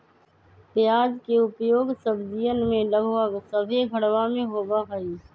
प्याज के उपयोग सब्जीयन में लगभग सभ्भे घरवा में होबा हई